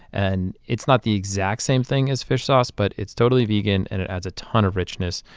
and it's not the exact same thing as fish sauce, but it's totally vegan and it adds a ton of richness.